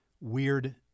weird